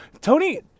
Tony